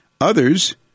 Others